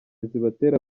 zibatera